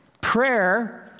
prayer